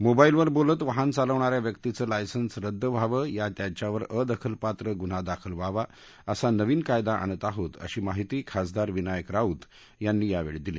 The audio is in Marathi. मोबाईलवर बोलत वाहन चालवणाऱ्या व्यक्तींच लायसन रद्द व्हावं त्यांच्यावर अदखल पात्र गुन्हा दाखल व्हावा असा नवीन कायदा आणत आहोत अशी माहिती खासदार विनायक राऊत यांनी यावेळी दिली